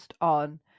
on